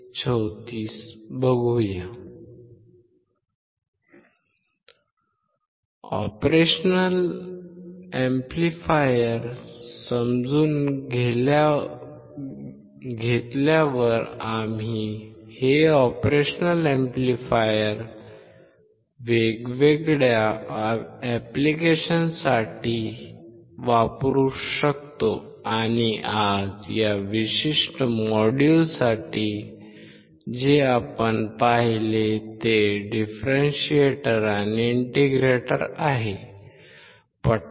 operation amplifier समजून घेतल्यावर आम्ही हे ऑपरेशन अॅम्प्लिफायर वेगवेगळ्या ऍप्लिकेशनसाठी वापरू शकतो आणि आज या विशिष्ट मॉड्यूलसाठी जे आपण पाहिले ते डिफरेंशिएटर आणि इंटिग्रेटर आहे